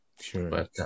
Sure